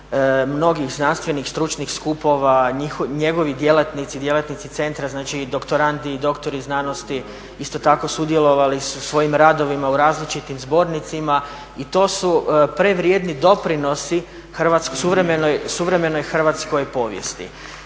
mnogih znanstvenih, stručnih skupova, njegovi djelatnici, djelatnici centra, znači i doktorandi i doktori znanosti isto tako sudjelovali su svojim radovima u različitim zbornicima i to su prevrijedni doprinosi suvremenoj Hrvatskoj povijesti.